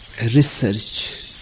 research